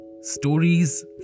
stories